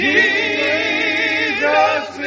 Jesus